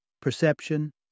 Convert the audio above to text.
perception